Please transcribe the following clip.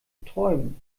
träumen